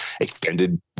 extended